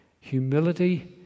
humility